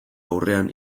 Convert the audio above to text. aurrean